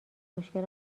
مشکل